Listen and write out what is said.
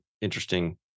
interesting